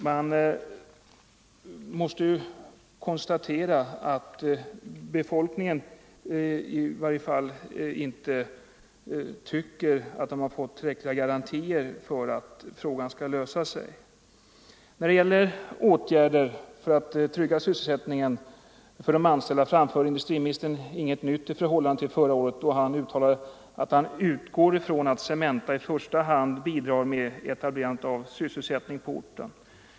Man måste ju konstatera att befolkningen i varje fall inte anser sig ha fått tillräckliga garantier för att frågan skall lösa sig. När det gäller åtgärder för att trygga sysselsättningen för de anställda framför industriministern ingenting nytt i förhållande till förra året, då han uttalade att han utgick ifrån ”att Cementa i första hand aktivt bidrar med etablerandet av annan sysselsättning på orten”.